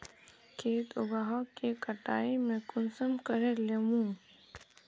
खेत उगोहो के कटाई में कुंसम करे लेमु?